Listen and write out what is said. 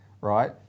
right